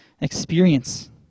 experience